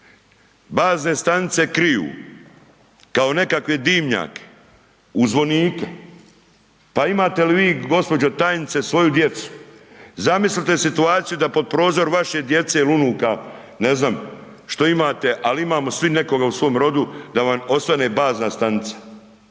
Bazne stanice kriju kao nekakve dimnjake u zvonike, pa imate li vi gospođo tajnice svoju djecu, zamislite situaciju da pod prozor vaše djece ili unuka ne znam što imate, al imamo svi nekoga u svom rodu da vam osvane bazna stanica.